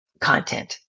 content